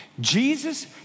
Jesus